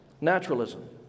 naturalism